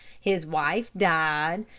his wife died,